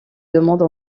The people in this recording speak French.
demande